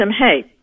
hey